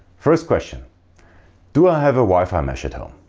first question do i have wi-fi mesh at home?